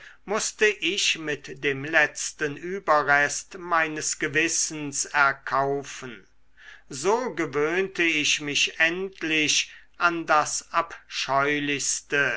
mußte ich mit dem letzten überrest meines gewissens erkaufen so gewöhnte ich mich endlich an das abscheulichste